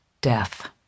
death